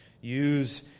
Use